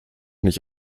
nicht